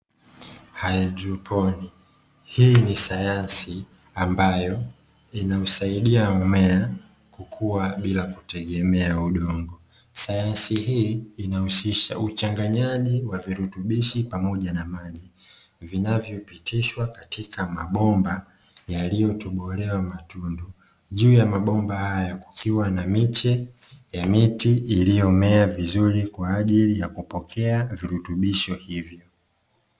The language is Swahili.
Haidroponi. Hii ni sayansi ambayo inausadia mmea kukua bila kutegemea udongo. Sayansi hii inahusisha uchanganyaji wa virutubishi pamoja na maji, vinavyopitishwa katika mabomba yaliyotobolewa matundu. Juu ya mabomba haya kukiwa na miche ya miti iliyomea vizuri kwa ajili ya kupokea virutubisho hivi.